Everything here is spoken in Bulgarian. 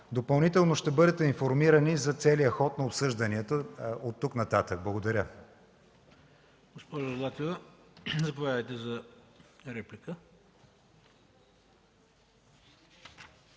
Допълнително ще бъдете информирани за целия ход на обсъжданията оттук нататък. Благодаря.